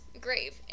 grave